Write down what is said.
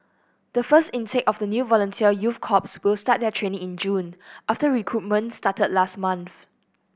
the first intake of the new volunteer youth corps will start their training in June after recruitment started last month